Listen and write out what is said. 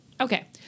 Okay